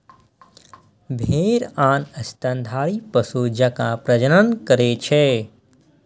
भेड़ आन स्तनधारी पशु जकां प्रजनन करै छै